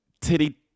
Titty